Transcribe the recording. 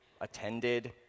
attended